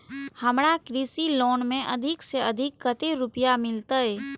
हमरा कृषि लोन में अधिक से अधिक कतेक रुपया मिलते?